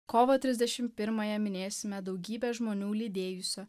kovo tirsdešim pirmąją minėsime daugybę žmonių lydėjusio